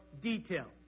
detail